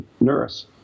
nurse